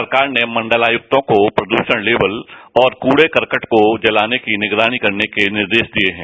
सरकार ने मंडलायक्त को को प्रद्यण लेवल और कूड़े करकट को जलाने की निगरानी करने के निर्देश दिए हैं